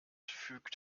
fügt